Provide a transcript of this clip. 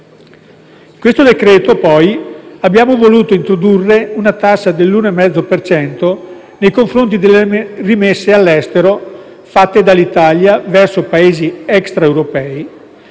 al nostro esame, poi, abbiamo voluto introdurre una tassa dell'1,5 per cento nei confronti delle rimesse all'estero fatte dall'Italia verso Paesi extraeuropei,